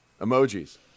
emojis